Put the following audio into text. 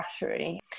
battery